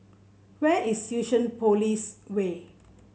where is Fusionopolis Way